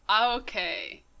Okay